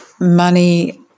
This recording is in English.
money